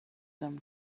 them